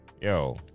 Yo